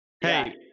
Hey